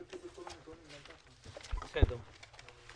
הישיבה ננעלה בשעה 12:40.